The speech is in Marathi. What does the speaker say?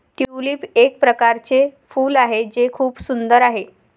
ट्यूलिप एक प्रकारचे फूल आहे जे खूप सुंदर आहे